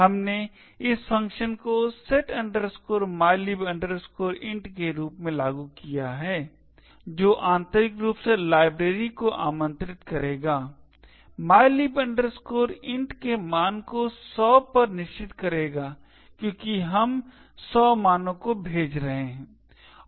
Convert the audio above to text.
हमने इस फ़ंक्शन को set mylib int के रूप में लागू किया है जो आंतरिक रूप से लाइब्रेरी को आमंत्रित करेगा mylib int के मान को 100 पर निश्चित करेगा क्योंकि हम 100 मानों को भेज रहे हैं